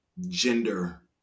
gender